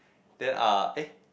then uh eh